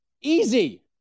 Easy